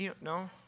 No